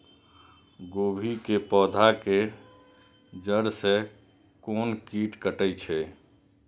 गोभी के पोधा के जड़ से कोन कीट कटे छे?